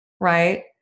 right